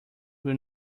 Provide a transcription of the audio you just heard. will